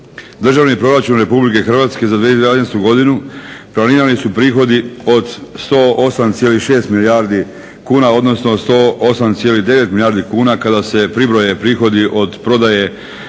Državni proračun RH za 2012.godinu planirani su prihodi od 108,6 milijardi kuna odnosno 108,9 milijardi kuna kada se pribroje prihodi od prodaje